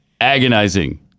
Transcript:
Agonizing